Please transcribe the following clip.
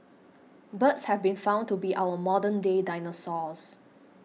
birds have been found to be our modern day dinosaurs